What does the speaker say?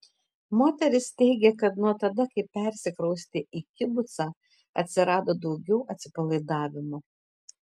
moteris teigė kad nuo tada kai persikraustė į kibucą atsirado daugiau atsipalaidavimo